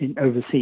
overseas